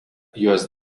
juos